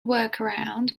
workaround